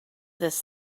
this